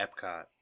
Epcot